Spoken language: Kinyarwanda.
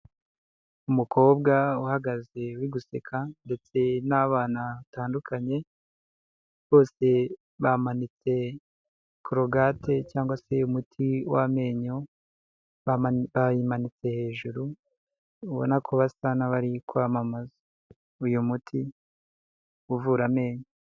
Umukobwa uhagaze uri guseka ndetse n'abana batandukanye, bose bamanitse korogate cyangwa se umuti w'amenyo, bayimanitse hejuru ubona ko basa n'abari kwamamaza uyu muti uvura amenyo.